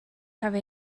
have